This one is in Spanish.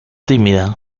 tímida